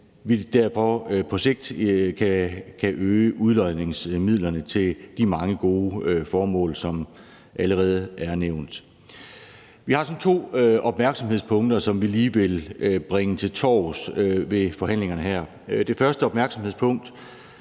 vi derfor på sigt kan øge udlodningsmidlerne til de mange gode formål, som allerede er blevet nævnt. Vi har to opmærksomhedspunkter, som vi lige vil bringe til torvs ved forhandlingerne her. Det første opmærksomhedspunkt